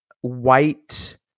white